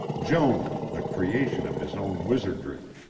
joan the creation of his own wizardry.